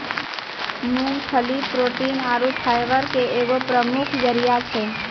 मूंगफली प्रोटीन आरु फाइबर के एगो प्रमुख जरिया छै